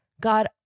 God